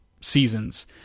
seasons